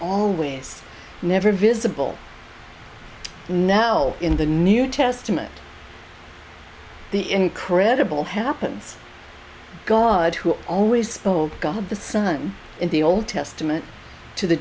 always never visible now in the new testament the incredible happens god who always told god the son in the old testament to the